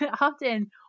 often